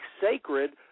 sacred